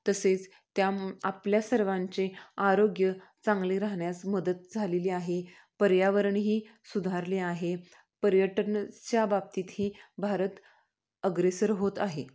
तसेच त्या आपल्या सर्वांचे आरोग्य चांगले राहण्यास मदत झालेली आहे पर्यावरणही सुधारले आहे पर्यटनच्या बाबतीतही भारत अग्रेसर होत आहे